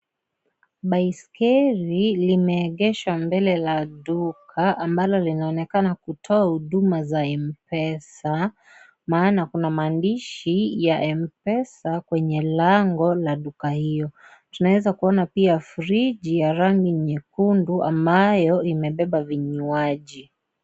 Baiskeli limeegeshwa mbele la duka ambalo linaonekana kutoa huduma za M-Pesa, maana kuna maandishi ya M-Pesa kwenye lango la duka hiyo tunaweza kuona pia friji ya rangi nyekundu ambayo imebeba vinywaji.